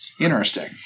Interesting